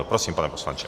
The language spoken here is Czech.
Prosím, pane poslanče.